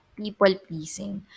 people-pleasing